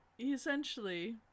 Essentially